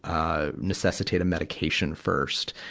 ah, necessitate a medication first.